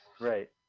Right